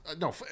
No